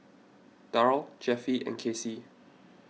Darl Jeffie and Kasey